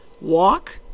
walk